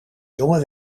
jonge